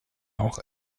auch